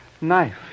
knife